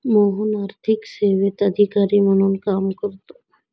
मोहन आर्थिक सेवेत अधिकारी म्हणून काम करतो